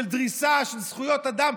של דריסה על זכויות אדם,